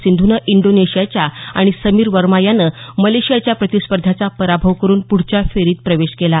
सिंधूनं इंडोनेशियाच्या आणि समीर वर्मा यानं मलेशियाच्या प्रतिस्पर्ध्याचा पराभव करून पुढच्या फेरीत प्रवेश केला